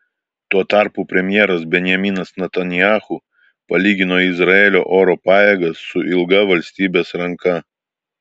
tuo tarpu premjeras benjaminas netanyahu palygino izraelio oro pajėgas su ilga valstybės ranka